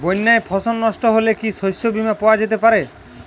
বন্যায় ফসল নস্ট হলে কি শস্য বীমা পাওয়া যেতে পারে?